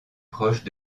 proche